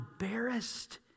embarrassed